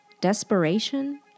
Desperation